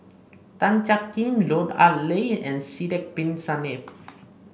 Tan Jiak Kim Lut Ali and Sidek Bin Saniff